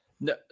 no